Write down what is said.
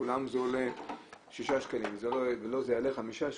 לכולם זה עולה שישה שקלים ולו זה יעלה חמישה שקלים.